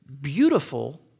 beautiful